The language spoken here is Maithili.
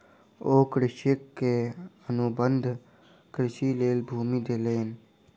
ओ कृषक के अनुबंध कृषिक लेल भूमि देलैन